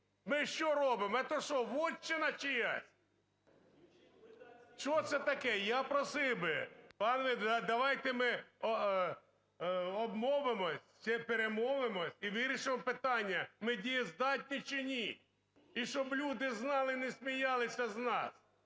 Ми що робимо, это що – вотчина чиясь? Що це таке? Я просив би, пане… давайте ми обмовимось чи перемовимось і вирішимо питання: ми дієздатні чи ні. І щоб люди знали, не сміятися з нас.